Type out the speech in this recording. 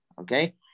Okay